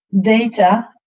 data